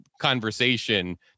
conversation